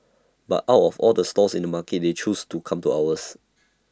but out of all the stalls in the market they chose to come to ours